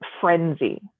frenzy